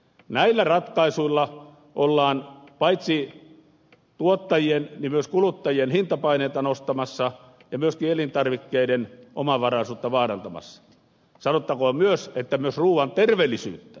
näillä ratkaisuilla ollaan paitsi tuottajien niin myös kuluttajien hintapaineita nostamassa ja myöskin elintarvikkeiden omavaraisuutta vaarantamassa sanottakoon myös että myös ruuan terveellisyyttä